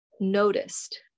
noticed